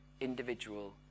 individual